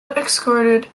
escorted